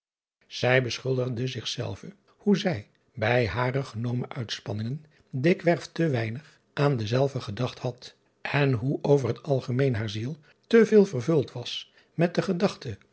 ij beschuldigde zichzelve hoe zij bij hare genomen uitspanningen dikwerf te weinig aan dezelve gedacht had en hoe over t algemeen haar ziel te veel vervuld was met de gedachte